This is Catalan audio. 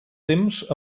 temps